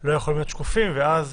לא יכולים להיות שקופים, ואז